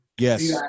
yes